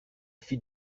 fit